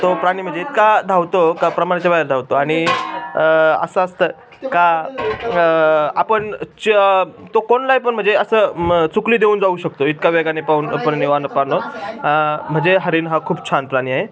तो प्राणी म्हणजे इतका धावतो का प्रमाणाच्या बाहेर धावतो आणि असं असतं का आपण च तो कोण नाही पण म्हणजे असं म चुकली देऊन जाऊ शकतो इतका वेगाने पाहून म्हणजे हरीण हा खूप छान प्राणी आहे